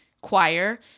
choir